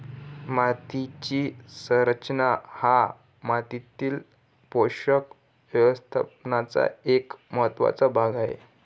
मातीची संरचना हा मातीतील पोषक व्यवस्थापनाचा एक महत्त्वाचा भाग आहे